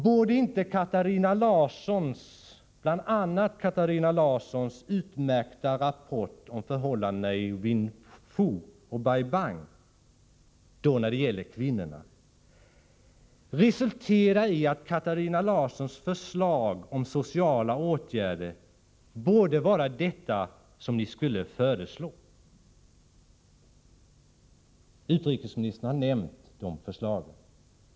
Borde inte bl.a. Katarina Larssons utmärkta rapport om förhållandena i Vinh Phu och Bai Bang när det gäller kvinnorna resultera i att hennes förslag om sociala åtgärder också blev era förslag? Utrikesministern har nämnt dessa förslag.